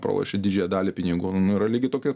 pralošė didžiąją dalį pinigų nu yra lygiai tokie